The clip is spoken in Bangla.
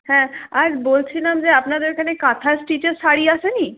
হ্যাঁ আর বলছিলাম যে আপনাদের ওখানে কাঁথা স্টিচের শাড়ি আসেনি